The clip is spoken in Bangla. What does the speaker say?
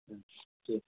হুম ঠিক